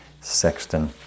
Sexton